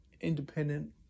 independent